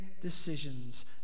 decisions